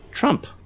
Trump